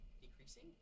Decreasing